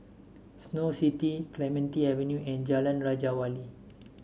Snow City Clementi Avenue and Jalan Raja Wali